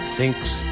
Thinks